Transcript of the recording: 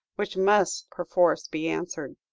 which must perforce be answered.